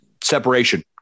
separation